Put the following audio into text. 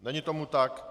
Není tomu tak.